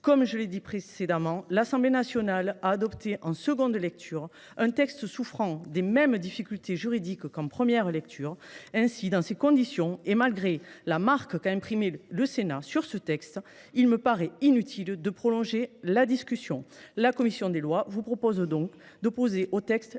que je l’ai indiqué précédemment, l’Assemblée nationale a adopté, en nouvelle lecture, un texte souffrant des mêmes difficultés juridiques qu’en première lecture. Dans ces conditions, malgré la marque qu’a imprimée le Sénat sur ce texte, il me paraît inutile de prolonger la discussion. La commission des lois vous propose donc, mes chers